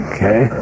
Okay